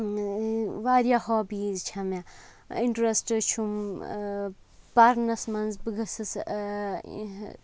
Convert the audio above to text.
واریاہ ہابیٖز چھےٚ مےٚ اِنٹرَسٹ چھُم پَرنَس منٛز بہٕ گٔژھٕس